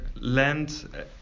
land